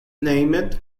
named